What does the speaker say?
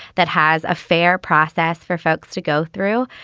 that has a fair process for folks to go through.